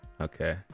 Okay